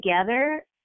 together